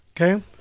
Okay